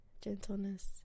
Gentleness